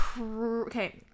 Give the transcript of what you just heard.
Okay